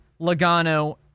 Logano